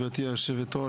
גברתי היושבת-ראש,